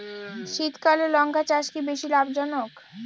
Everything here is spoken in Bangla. শীতকালে লঙ্কা চাষ কি বেশী লাভজনক?